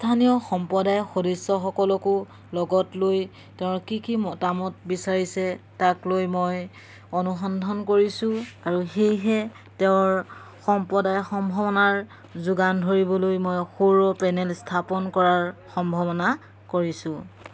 স্থানীয় সম্প্ৰদায় সদৃস্যসকলকো লগত লৈ তেওঁৰ কি কি মতামত বিচাৰিছে তাক লৈ মই অনুসন্ধান কৰিছোঁ আৰু সেয়েহে তেওঁৰ সম্প্ৰদায় সম্ভাৱনাৰ যোগান ধৰিবলৈ মই সৌৰভ প্ৰেনেল স্থাপন কৰাৰ সম্ভাৱনা কৰিছোঁ